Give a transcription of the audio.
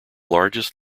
largest